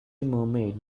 mermaid